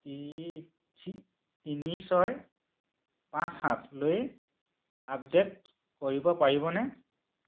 তিনি তিনি ছয় পাঁচ সাতলৈ আপডেট কৰিব পাৰিবনে